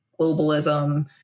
globalism